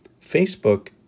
Facebook